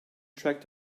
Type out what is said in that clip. track